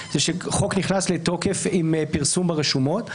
זה שחוק נכנס לתוקף עם פרסום ברשומות,